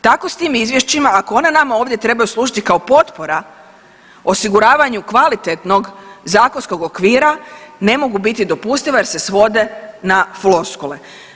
Tako s tim izvješćima ako ona nama ovdje trebaju služiti kao potpora osiguravanju kvalitetnog zakonskog okvira ne mogu biti dopustiva jer se svode na floskule.